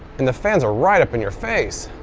and the fans are right up in your face.